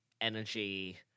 energy